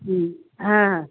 হুম হ্যাঁ